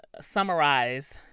summarize